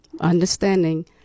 understanding